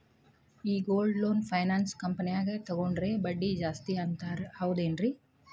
ಈ gold loan finance ಕಂಪನ್ಯಾಗ ತಗೊಂಡ್ರೆ ಬಡ್ಡಿ ಜಾಸ್ತಿ ಅಂತಾರ ಹೌದೇನ್ರಿ?